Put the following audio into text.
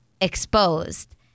exposed